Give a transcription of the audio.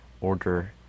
order